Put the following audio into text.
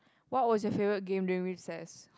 what was your favourite game during recess